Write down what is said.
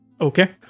okay